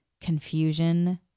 confusion